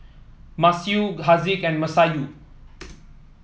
Masayu Haziq and Masayu